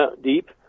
deep